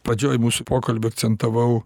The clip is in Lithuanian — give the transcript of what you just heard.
pradžioj mūsų pokalbio akcentavau